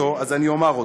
אז אני אומר אותו.